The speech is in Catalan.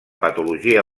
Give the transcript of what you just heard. patologia